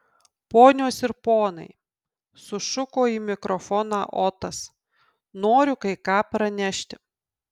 ponios ir ponai sušuko į mikrofoną otas noriu kai ką pranešti